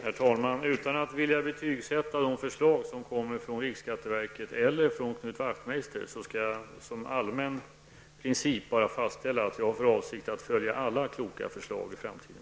Herr talman! Utan att vilja betygsätta de förslag som läggs fram av riksskatteverket eller från Knut Wachtmeister, skall jag som allmän princip bara fastställa att jag har för avsikt att följa alla kloka förslag i framtiden.